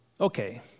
okay